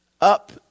up